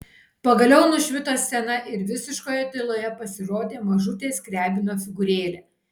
pagaliau nušvito scena ir visiškoje tyloje pasirodė mažutė skriabino figūrėlė